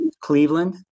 Cleveland